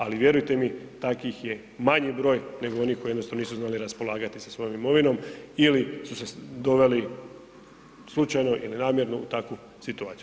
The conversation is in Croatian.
Ali vjerujte mi, takvih je manji broj nego onih koji jednostavno nisu znali raspolagati sa svojom imovinom ili su se doveli slučajno ili namjerno u takvu situaciju.